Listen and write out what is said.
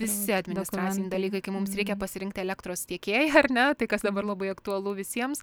visi administraciniai dalykai kai mums reikia pasirinkti elektros tiekėją ar ne tai kas dabar labai aktualu visiems